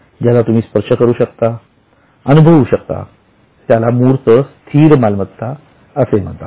ज्याला तुम्ही स्पर्श करू शकता अनुभवू शकता त्याला मूर्त स्थिर मालमत्ता असे म्हणतात